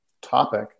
topic